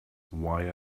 why